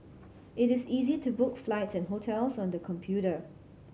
it is easy to book flights and hotels on the computer